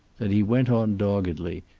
then he went on doggedly,